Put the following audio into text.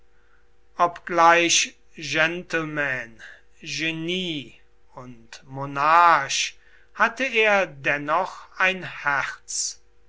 obgleich gentleman genie und monarch hatte er dennoch ein herz